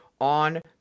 on